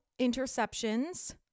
interceptions